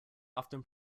often